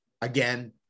Again